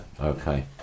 Okay